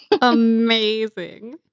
amazing